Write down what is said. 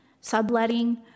subletting